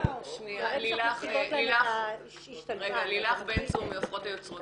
--- רגע, לילך צור בן משה מהופכות את היוצרות